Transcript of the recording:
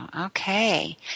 Okay